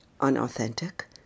unauthentic